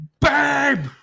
babe